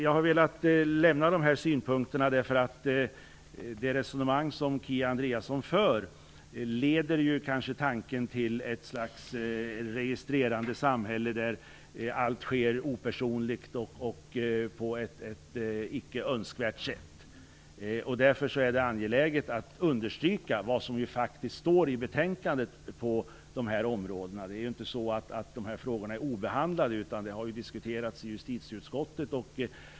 Jag har velat lämna dessa synpunkter, eftersom Kia Andreassons resonemang leder tanken till ett slags registrerande samhälle där allt sker opersonligt och på ett icke önskvärt sätt. Därför är det angeläget att understryka vad som faktiskt står i betänkandet. Frågorna är ju inte obehandlade, utan de har diskuterats i justitieutskottet.